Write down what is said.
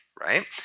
right